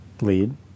Lead